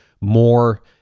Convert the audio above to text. more